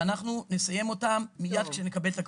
ואנחנו נסיים אותם מיד כשנקבל את הקבצים.